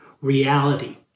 reality